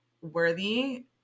worthy